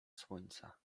słońca